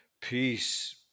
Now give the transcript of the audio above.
Peace